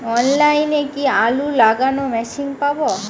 অনলাইনে কি আলু লাগানো মেশিন পাব?